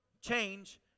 change